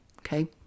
okay